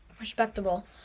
Respectable